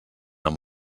amb